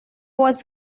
was